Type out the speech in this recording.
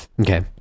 Okay